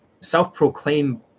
self-proclaimed